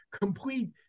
complete